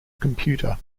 computer